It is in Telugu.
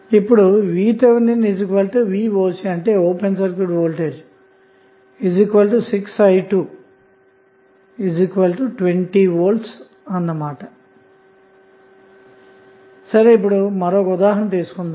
ఇప్పుడు Vthvoc6i220V ఇప్పుడు మరొక ఉదాహరణ తీసుకుందాము